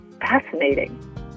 fascinating